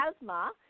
asthma